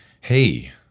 Hey